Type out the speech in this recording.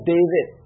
David